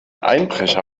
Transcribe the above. einbrecher